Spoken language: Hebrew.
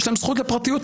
יש להם זכות לפרטיות,